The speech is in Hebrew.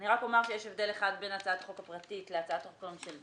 אני רק אומר שיש הבדל אחד בין הצעת החוק הפרטית להצעת החוק הממשלתית.